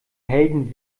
helden